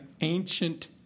ancient